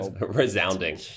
resounding